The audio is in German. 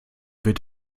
wird